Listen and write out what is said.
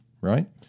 right